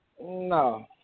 No